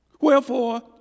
Wherefore